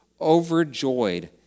overjoyed